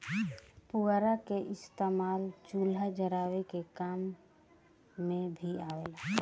पुअरा के इस्तेमाल चूल्हा जरावे के काम मे भी आवेला